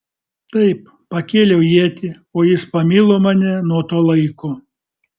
taip pakėliau ietį o jis pamilo mane nuo to laiko